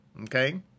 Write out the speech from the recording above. okay